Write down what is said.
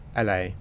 la